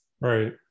Right